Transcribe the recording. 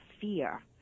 fear